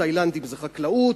תאילנדים זה חקלאות,